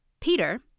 Peter